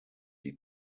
die